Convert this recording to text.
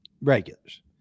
regulars